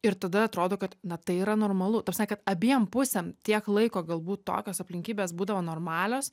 ir tada atrodo kad na tai yra normalu ta prasme kad abiem pusėm tiek laiko galbūt tokios aplinkybės būdavo normalios